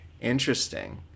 Interesting